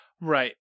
Right